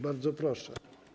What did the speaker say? Bardzo proszę.